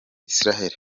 israel